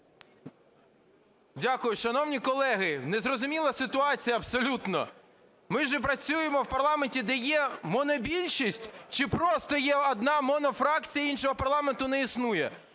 Дякую. Шановні колеги, незрозуміла ситуація абсолютно, ми же працюємо в парламенті, де є монобільшість, чи просто є одна монофракція, іншого парламенту не існує?